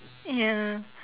ya